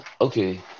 okay